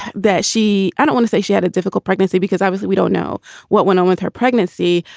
that she i don't wanna say she had a difficult pregnancy because obviously we don't know what went on with her pregnancy.